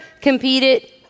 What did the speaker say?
competed